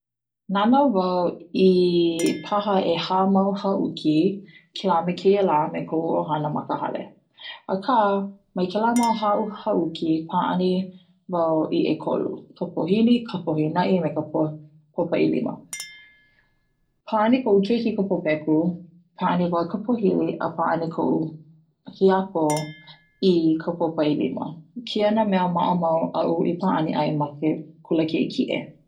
Nana wau i paha ʻeha mau haʻuki kela me keia la me koʻu hale. aka, mai kela mau haʻuki paʻani wau i ʻekolu ka pohili, pohinaʻi me ka popaʻilima paʻani koʻu keiki i ka popeku, paʻani wau i ka pohili a paʻani koʻu hiapo i ka popaʻilima keia na mea maʻamau aʻu paʻani wau ma ke kula kiʻekiʻe